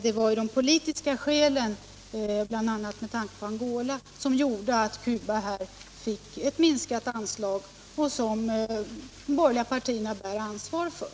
Det var de politiska skälen, bl.a. talet om Angola, som gjorde att Cuba fick ett minskat anslag, något som de borgerliga partierna bär ansvaret för.